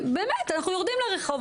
באמת אנחנו יורדים לרחוב,